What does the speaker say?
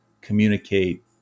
communicate